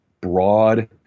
broad